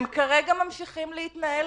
הם כרגע ממשיכים להתנהל